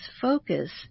focus